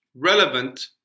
relevant